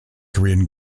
korean